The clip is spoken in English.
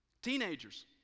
Teenagers